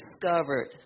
discovered